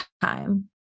time